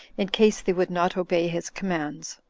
in case they would not obey his commands.